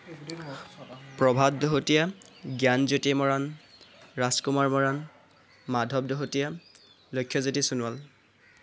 Prabhat Dahotia Gyanjyoti Moran Rajkumar Bora Madhav Dahotia Lakshyajyoti Sonowal